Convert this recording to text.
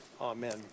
Amen